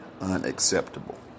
unacceptable